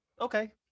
okay